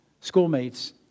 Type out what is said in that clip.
Schoolmates